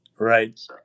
Right